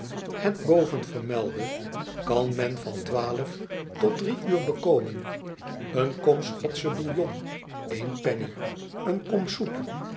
het bovenvermelde kan men van tot drie uur bekomen een kom schotsche bouillon eén penny een